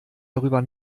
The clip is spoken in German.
darüber